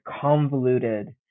convoluted